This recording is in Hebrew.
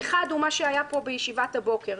אחד הוא מה שהיה פה בישיבה הבוקר,